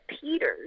Peters